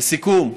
לסיכום,